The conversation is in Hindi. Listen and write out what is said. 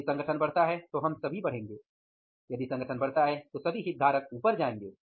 यदि संगठन बढ़ता है तो हम सभी बढ़ेंगे यदि संगठन बढ़ता है तो सभी हितधारक ऊपर जायेंगे